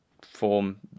form